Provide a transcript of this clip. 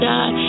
God